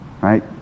right